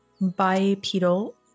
bipedal